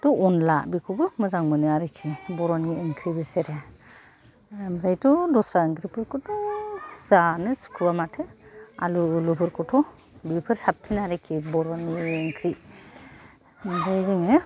थ' अनला बेखौबो मोजां मोनो आरिखि बर'नि ओंख्रि बिसोरो ओमफ्रायथ' दस्रा ओंख्रिफोरखौथ' जानो सुखुवा माथो आलु उलुफोरखौथ' बेफोर साबसिन आरिखि बर'नि ओंख्रि ओमफ्राय जोङो